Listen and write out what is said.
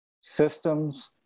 systems